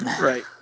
Right